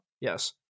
Yes